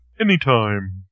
Anytime